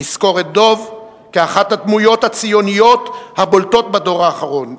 נזכור את דב כאחת הדמויות הציוניות הבולטות בדור האחרון.